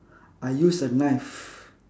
I use a knife